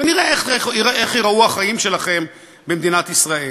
ונראה איך ייראו החיים שלכם במדינת ישראל.